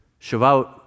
Shavuot